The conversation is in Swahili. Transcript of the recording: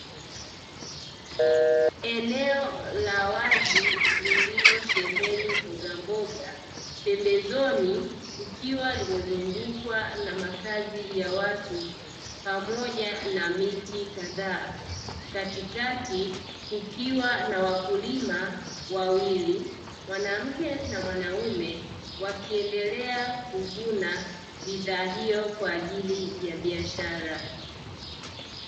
Eneo la wazi lililosheheni mbogamboga, pembezoni likiwa limezungukwa na makazi ya watu, pamoja na miti kadhaa. Katikati kukiwa na wakulima wawili (mwanamke na mwanaume), wakiendelea kuvuna bidhaa hiyo kwa ajili ya biashara.